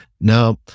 now